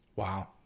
Wow